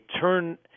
turn